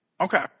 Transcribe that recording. Okay